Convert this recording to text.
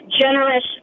Generous